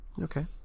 okay